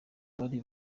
bari